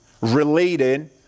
related